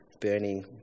burning